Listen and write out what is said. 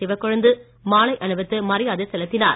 சிவக்கொழுந்து மாலை அணிவித்து மரியாதை செலுத்தினார்